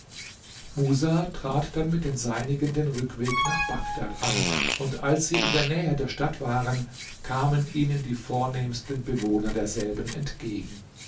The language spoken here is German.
musa viel später als abd almelik lebte und spanien eroberte an und als sie in der nähe der stadt waren kamen ihnen die vornehmsten bewohner derselben entgegen